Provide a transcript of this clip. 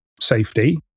safety